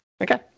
Okay